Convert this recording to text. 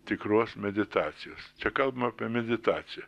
tikros meditacijos čia kalbam apie meditaciją